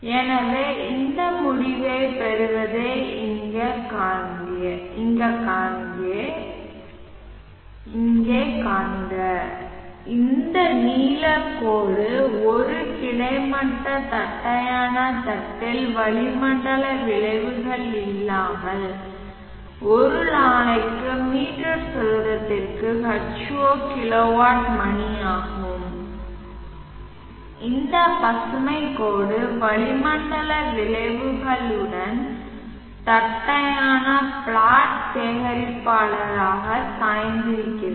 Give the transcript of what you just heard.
எனவே இந்த முடிவைப் பெறுவதை இங்கே காண்க இந்த நீலக்கோடு ஒரு கிடைமட்ட தட்டையான தட்டில் வளிமண்டல விளைவுகள் இல்லாமல் ஒரு நாளைக்கு மீட்டர் சதுரத்திற்கு H0 கிலோவாட் மணி ஆகும் இந்த பசுமைக் கோடு வளிமண்டல விளைவுகளுடன் தட்டையான பிளேட் சேகரிப்பாளராக சாய்ந்திருக்கிறது